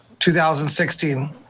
2016